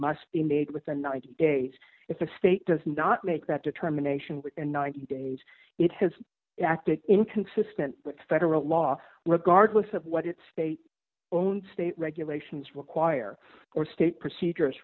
must be made within ninety days if the state does not make that determination within ninety days it has acted inconsistent with federal law regardless of what its state own state regulations require or state procedures